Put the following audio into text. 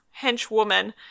henchwoman